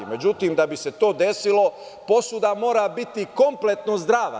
Međutim, da bi se to desilo posuda mora biti kompletno zdrava.